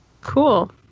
Cool